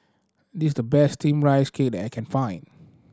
this is the best Steamed Rice Cake I can find